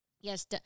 Yes